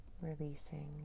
releasing